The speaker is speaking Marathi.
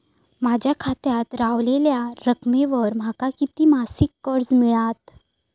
माझ्या खात्यात रव्हलेल्या रकमेवर माका किती मासिक कर्ज मिळात?